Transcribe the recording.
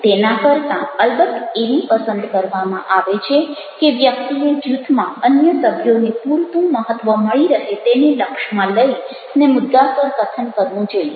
તેના કરતાં અલબત્ત એવું પસંદ કરવામાં આવે છે કે વ્યક્તિએ જૂથમાં અન્ય સભ્યોને પૂરતું મહત્ત્વ મળી રહે તેને લક્ષમાં લઇને મુદ્દાસર કથન કરવું જોઈએ